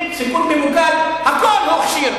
חיסולים, סיכול ממוקד, הכול הוא הכשיר.